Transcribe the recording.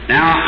Now